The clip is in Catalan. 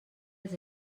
els